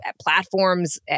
platforms